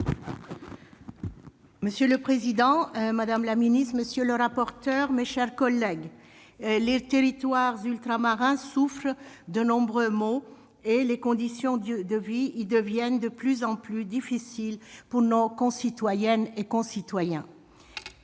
Monsieur le président, madame la ministre, mes chers collègues, les territoires ultramarins souffrent de nombreux maux et les conditions de vie y deviennent de plus en plus difficiles pour nos concitoyennes et concitoyens.